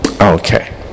Okay